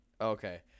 Okay